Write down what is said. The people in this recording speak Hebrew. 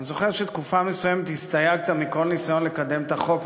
אני זוכר שתקופה מסוימת הסתייגת מכל ניסיון לקדם את החוק,